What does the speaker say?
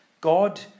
God